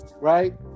Right